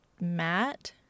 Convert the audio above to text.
mat